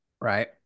Right